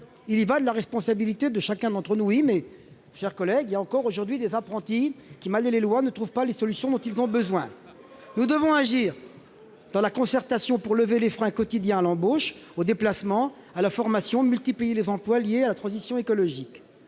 Il y va de la responsabilité de chacun d'entre nous. Il serait temps ! Sans doute, mon cher collègue, mais il y a encore, aujourd'hui, des apprentis qui, malgré les lois, ne trouvent pas les solutions dont ils ont besoin. Nous devons agir dans la concertation, pour lever les freins quotidiens à l'embauche, au déplacement, à la formation et multiplier les emplois liés à la transition écologique.